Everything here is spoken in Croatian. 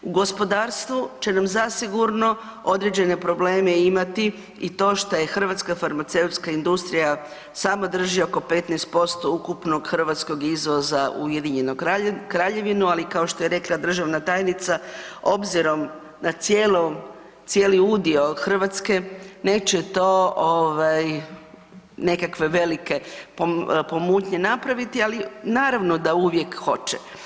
U gospodarstvu će nam zasigurno određene probleme imati i što hrvatska farmaceutska industrija sama drži oko 15% ukupnog hrvatskog izvoza u UK, ali kao što je rekla državna tajnica, obzirom na cijeli udio Hrvatske, neće to nekakve velike pomutnje napraviti ali naravno da uvijek hoće.